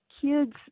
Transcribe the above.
kids